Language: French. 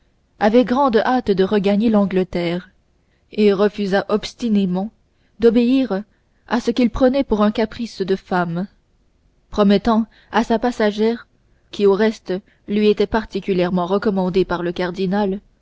avait grande hâte de regagner l'angleterre et refusa obstinément d'obéir à ce qu'il prenait pour un caprice de femme promettant à sa passagère qui au reste lui était particulièrement recommandée par le cardinal